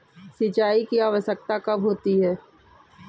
सिंचाई की आवश्यकता कब होती है?